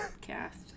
cast